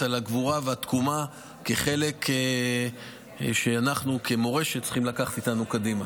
על הגבורה והתקומה כחלק שאנחנו כמורשת צריכים לקחת איתנו קדימה.